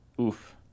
Oof